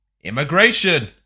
immigration